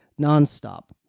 nonstop